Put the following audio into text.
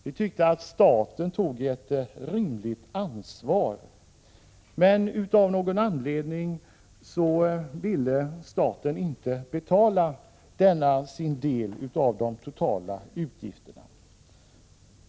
Vi tyckte att staten tog ett rimligt ansvar. Men av någon anledning ville staten sedan inte betala denna sin del av de totala utgifterna.